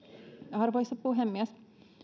arvoisa puhemies